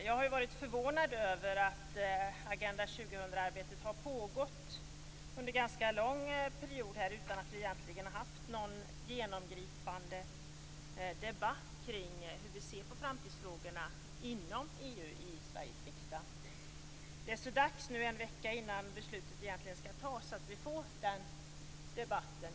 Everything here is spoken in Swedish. Jag har varit förvånad över att arbetet med Agenda 2000 har pågått under en ganska lång period utan att vi egentligen har haft någon genomgripande debatt i Sveriges riksdag kring hur vi ser på framtidsfrågor inom EU. Det är så dags att vi får den debatten nu, en vecka innan beslutet egentligen skall fattas.